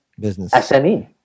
SME